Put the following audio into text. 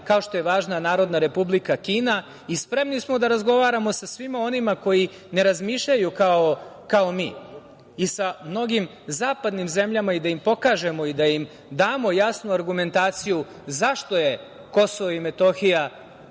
kao što je važna Narodna Republika Kina. Spremni smo da razgovaramo sa svima onima koji ne razmišljaju kao mi, i sa mnogim zapadnim zemljama i da im pokažemo, da im damo jasnu argumentaciju zašto je Kosovo i Metohija